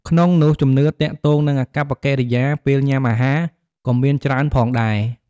ក្នុងនោះ ជំនឿទាក់ទងនឹងអាកប្បកិរិយាពេលញ៉ាំអាហារ ក៏មានច្រើនផងដែរ។